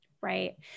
Right